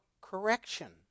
correction